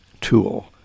tool